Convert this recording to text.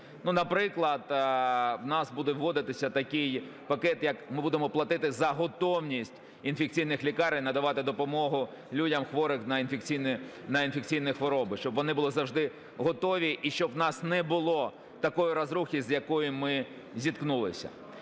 Наприклад, у нас буде вводитися такий пакет як ми будемо платити за готовність інфекційних лікарень надавати допомогу людям, хворих на інфекційні хвороби, щоб вони були завжди готові і щоб у нас не було такої розрухи, з якою ми зіткнулися.